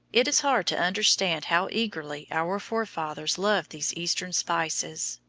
it is hard to understand how eagerly our forefathers loved these eastern spices.